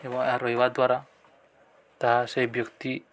ଏବଂ ଏହା ରହିବା ଦ୍ୱାରା ତାହା ସେ ବ୍ୟକ୍ତି